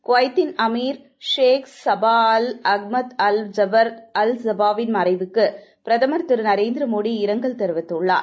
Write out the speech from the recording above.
குவைத்தின் Amir Sheikh Sabah Al Ahmad Al Jaber Al Sabah வின் மறைவுக்கு பிரதமர் திரு நரேந்திர மோடி இரங்கல் தெரிவித்துள்ளார்